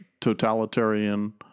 totalitarian